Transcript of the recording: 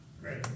Great